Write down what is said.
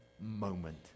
moment